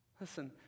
Listen